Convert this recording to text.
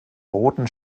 roten